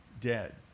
dead